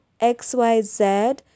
XYZ